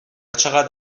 چقد